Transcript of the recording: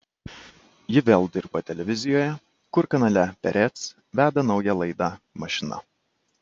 ji vėl dirba televizijoje kur kanale perec veda naują laidą mašina